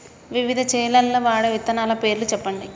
వివిధ చేలల్ల వాడే విత్తనాల పేర్లు చెప్పండి?